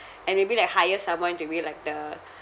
and maybe like hire someone to be like the